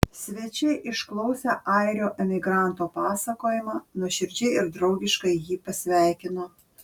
svečiai išklausę airio emigranto pasakojimą nuoširdžiai ir draugiškai jį pasveikino